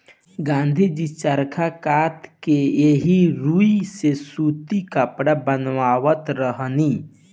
गाँधी जी चरखा कात के एही रुई से सूती कपड़ा बनावत रहनी